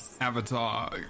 Avatar